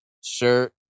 shirt